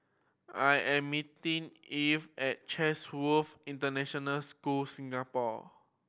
I am meeting Ivey at Chatsworth International School Singapore